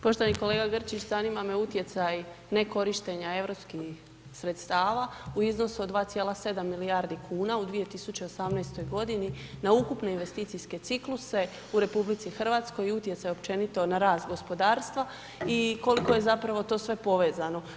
Poštovani kolega Grčić, zanima me utjecaj nekorištenja europskih sredstava u iznosu od 2,7 milijardi kuna u 2018. g. na ukupne investicijske cikluse u RH i utjecaj općenito na rast gospodarstva i koliko je zapravo to sve povezano?